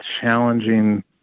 challenging